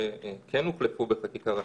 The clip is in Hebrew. שכן הוחלפו בחקיקה ראשית,